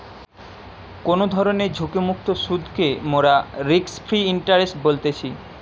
কোনো ধরণের ঝুঁকিমুক্ত সুধকে মোরা রিস্ক ফ্রি ইন্টারেস্ট বলতেছি